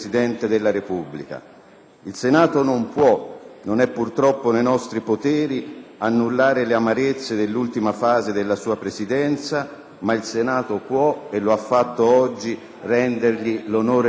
Il Senato non può - non è purtroppo nei nostri poteri - annullare le amarezze dell'ultima fase della sua Presidenza, ma può - e lo ha fatto oggi - rendergli l'onore dovuto con una sola voce.